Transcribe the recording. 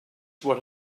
what